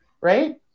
right